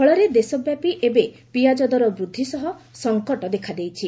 ଫଳରେ ଦେଶବ୍ୟାପୀ ଏବେ ପିଆଜ ଦର ବୃଦ୍ଧି ସହ ସଙ୍କଟ ଦେଖାଦେଇଛି